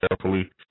carefully